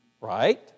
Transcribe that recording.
right